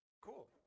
Cool